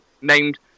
named